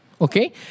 okay